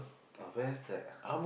oh where's that